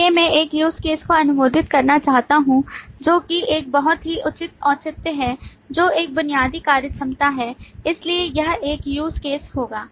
इसलिए मैं एक USE CASE को अनुमोदित करना चाहता हूं जो कि एक बहुत ही उचित औचित्य है जो एक बुनियादी कार्यक्षमता है इसलिए यह एक use case होगा